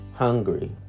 hungry